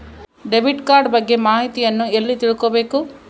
Debit card ಬಗ್ಗೆ ಮಾಹಿತಿಯನ್ನ ಎಲ್ಲಿ ತಿಳ್ಕೊಬೇಕು?